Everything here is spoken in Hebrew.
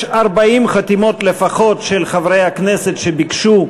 יש 40 חתימות לפחות של חברי הכנסת שביקשו